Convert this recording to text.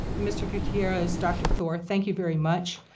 mr. gutierrez, dr. thor, thank you very much.